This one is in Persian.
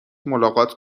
ملاقات